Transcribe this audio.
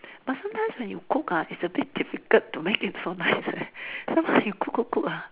but sometimes when you cook ah it's a bit difficult to make it so nice eh sometimes you cook cook cook ah